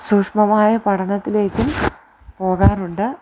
സൂക്ഷമമായ പഠനത്തിലേക്കും പോകാറുണ്ട്